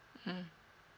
mmhmm